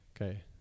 Okay